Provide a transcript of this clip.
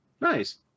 Nice